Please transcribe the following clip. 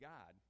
God